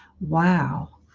Wow